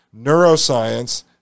neuroscience